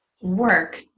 work